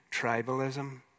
tribalism